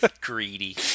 Greedy